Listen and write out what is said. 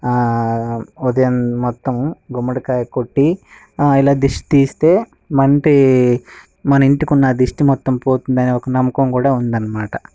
ఉదయం మొత్తం గుమ్మడికాయ కొట్టి ఇలా దిష్టి తీస్తే మంటే మన ఇంటికి ఉన్న దృష్టి మొత్తం పోతుంది అనే ఒక నమ్మకం కూడా ఉందన్నమాట